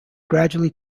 gradually